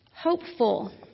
hopeful